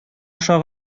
аша